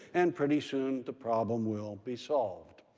and pretty soon the problem will be solved.